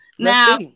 Now